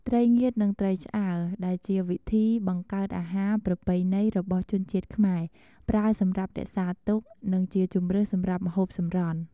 ត្រីងៀត និង ត្រីឆ្អើរ ដែលជាវិធីបង្កើតអាហារប្រពៃណីរបស់ជនជាតិខ្មែរ ប្រើសម្រាប់រក្សាទុក និងជាជម្រើសសម្រាប់ម្ហូបសម្រន់។